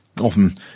Often